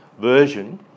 Version